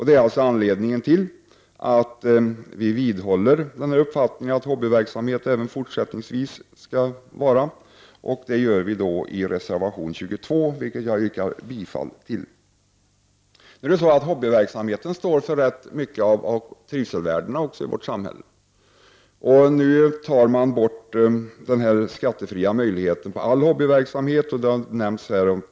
Det är anledningen till att vi vidhåller uppfattningen att detta även fortsättningsvis skall betraktas som hobbyverksamhet, och det gör vi i reservation 22, vilken jag yrkar bifall till. Hobbyverksamheten står också för rätt mycket av trivselvärdena i vårt samhälle. Nu tar man bort möjligheterna till skattefrihet på all hobbyverksamhet.